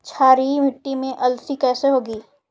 क्षारीय मिट्टी में अलसी कैसे होगी?